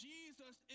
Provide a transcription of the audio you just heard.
Jesus